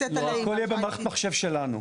הכול יהיה במערכת מחשב שלנו.